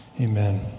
Amen